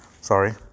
Sorry